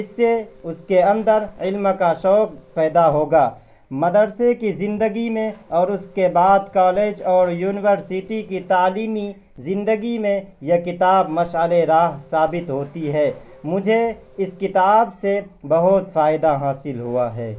اس سے اس کے اندر علم کا شوق پیدا ہوگا مدرسے کی زندگی میں اور اس کے بعد کالج اور یونیورسٹی کی تعلیمی زندگی میں یہ کتاب مشعل راہ ثابت ہوتی ہے مجھے اس کتاب سے بہت فائدہ حاصل ہوا